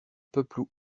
peuple